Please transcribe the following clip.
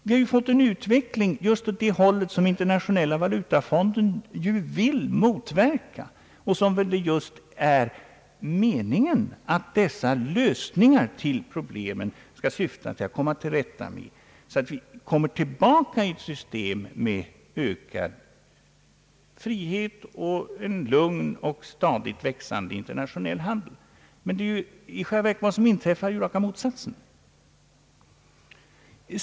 Vi har fått en utveckling just i den riktning som Internationella valutafonden vill motverka och som det väl är meningen att dessa lösningar av problemen skall syfta till att komma till rätta med. Syftet måste vara att vi söker komma tillbaka till ett system med ökad frihet och en lugn och stadigt växande internationell handel. Vad som inträffat är raka motsatsen.